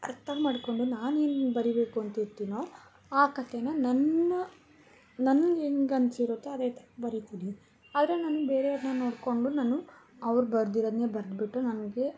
ಅರ್ಥ ಮಾಡಿಕೊಂಡು ನಾನು ಏನು ಬರಿಬೇಕು ಅಂತಿರ್ತಿನೋ ಆ ಕತೆನ ನನ್ನ ನನ್ಗೆ ಹೆಂಗೆ ಅನ್ಸಿರುತ್ತೆ ಅದೇ ಥರ ಬರಿತೀನಿ ಆದರೆ ನನ್ಗೆ ಬೇರೆಯವ್ರನ್ನ ನೋಡ್ಕೊಂಡು ನಾನು ಅವ್ರು ಬರ್ದಿರೋದನ್ನೇ ಬರೆದಿಟ್ಟು ನನಗೆ